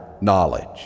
knowledge